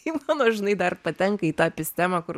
kai mano žinai dar patenka į tą epistemą kur